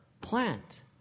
plant